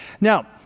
Now